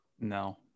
no